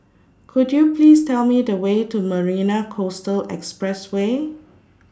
Could YOU Please Tell Me The Way to Marina Coastal Expressway